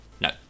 No